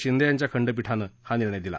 शिंदे यांच्या खंडपीठानं हा निर्णय दिला